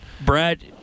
Brad